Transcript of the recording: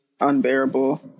unbearable